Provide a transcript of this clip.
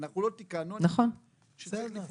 בעצם,